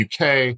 UK